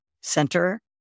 Center